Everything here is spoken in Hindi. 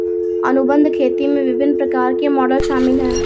अनुबंध खेती में विभिन्न प्रकार के मॉडल शामिल हैं